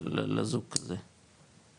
לזוג כזה.